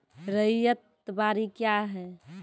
रैयत बाड़ी क्या हैं?